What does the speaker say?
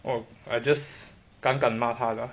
orh I just 敢敢骂他 ah